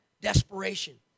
desperation